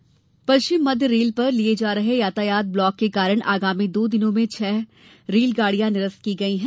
railway पश्चिम मध्य rail पर लिए जा रहे यातायात ब्लॉक के कारण आगामी दिनों में छह गड़ियां निरस्त की गई हैं